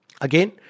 Again